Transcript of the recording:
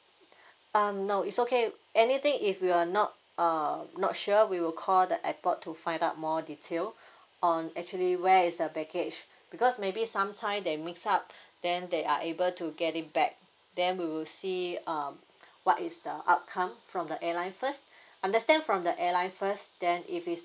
uh no it's okay anything if you're not uh not sure we will call the airport to find out more detail on actually where is the baggage because maybe sometime they mix up then they are able to get it back then we will see um what is the outcome from the airline first understand from the airline first then if it's